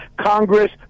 Congress